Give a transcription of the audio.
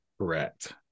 Correct